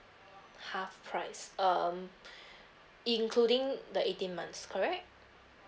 half price um including the eighteen months correct